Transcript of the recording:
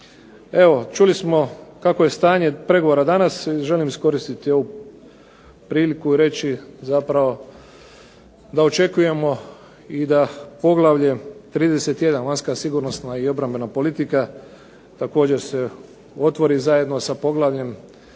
Evo čuli smo kakvo je stanje pregovora danas. Želim iskoristiti ovu priliku i reći zapravo da očekujemo i da poglavlje 31. Vanjska sigurnosna i obrambena politika također se otvori zajedno sa poglavljem